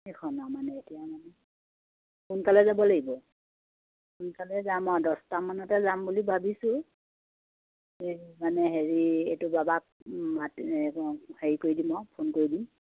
সেইখন আৰু মানে এতিয়া মানে সোনকালে যাব লাগিব সোনকালে যাম আৰু দহটামানতে যাম বুলি ভাবিছোঁ এই মানে হেৰি এইটো বাবাক মাতি হেৰি কৰি দিম আৰু ফোন কৰি দিম